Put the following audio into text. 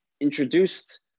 introduced